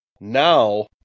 now